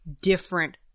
different